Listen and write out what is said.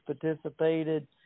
participated